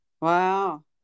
Wow